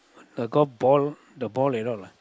the golf ball the ball at all lah